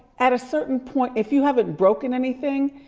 at a certain point, if you haven't broken anything,